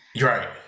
right